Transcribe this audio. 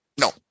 no